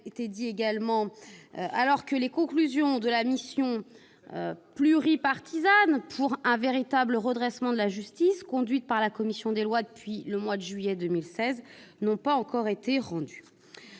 même que les conclusions de la mission pluripartisane pour « un véritable redressement de la justice », conduite par la commission des lois depuis juillet 2016, n'ont pas encore été rendues.